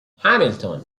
hamilton